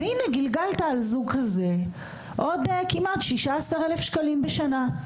וגלגלת על זוג כזה עוד כמעט 16,000 שקלים בשנה.